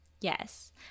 yes